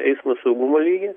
eismo saugumo lygį